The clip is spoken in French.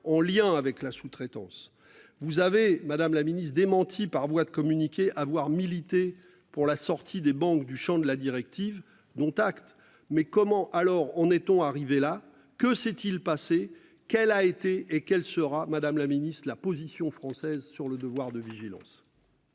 en lien avec la sous-traitance vous avez Madame la Ministre démenti par voie de communiqué avoir milité pour la sortie des banques du Champ de la directive. Dont acte. Mais comment alors on est on arrivé là que s'est-il passé. Quelle a été et qu'sera Madame la Ministre la position française sur le devoir de vigilance.--